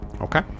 Okay